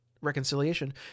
reconciliation